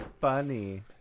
funny